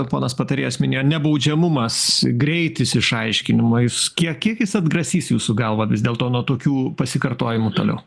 ponas patarėjas minėjo nebaudžiamumas greitis išaiškinimo jis kie kiek jis atgrasys jūsų galva vis dėlto nuo tokių pasikartojimų toliau